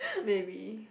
maybe